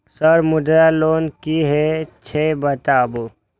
Sir Mudra loan की हे छे बताबू?